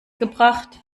gebracht